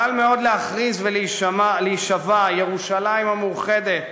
קל מאוד להכריז ולהישבע: ירושלים המאוחדת,